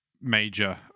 major